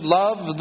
love